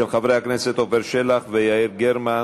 של חברי הכנסת עפר שלח ויעל גרמן.